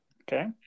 Okay